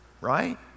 right